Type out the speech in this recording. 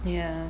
ya